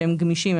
שהם גמישים,